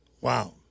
Wow